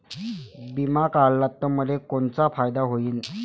बिमा काढला त मले कोनचा फायदा होईन?